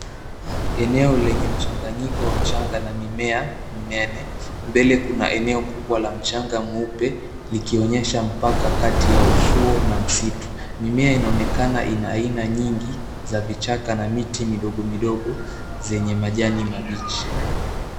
Ene lenye mchanganyiko wa mchanga na mimea mnene, mbele kuna eneo kubwa la mchanga mweupe likionyesha mpaka kati ya ufuo na msitu. Mimea inaonekana aina aina nyingi za vichaka na miti midogo midogo zenye majani mabichi.